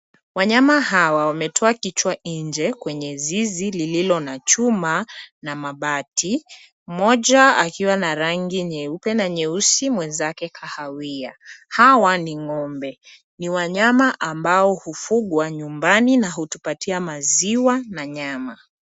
Wanyama hawa wametoa kichwa nje kwenye zizi lililo na chuma na mabati. Mmoja akiwa na rangi nyeupe na nyeusi mwenzake kahawia. Hawa ni ng'ombe, ni wanyama ambao hufugwa nyumbani na hutupatia maziwa na nyama.